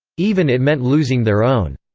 even it meant losing their own.